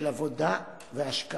של עבודה והשקעה,